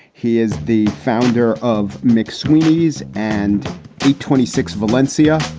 he is the founder of mcsweeney's and he twenty six valencia.